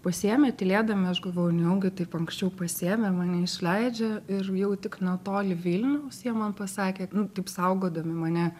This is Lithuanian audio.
pasiėmė tylėdami aš galvoju nejaugi taip anksčiau pasiėmė mane išleidžia ir jau tik netoli vilniaus jie man pasakė nu taip saugodami mane